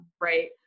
right